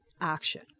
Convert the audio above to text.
action